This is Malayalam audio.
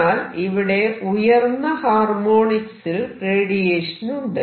എന്നാൽ ഇവിടെ ഉയർന്ന ഹാർമോണിക്സിൽ റേഡിയേഷൻ ഉണ്ട്